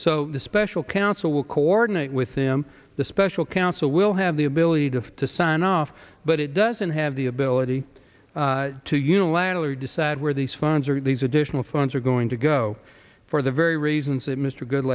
so the special counsel will coordinate with them the special counsel will have the ability to to sign off but it doesn't have the ability to unilaterally decide where these funds are these additional funds are going to go for the very reasons that mr good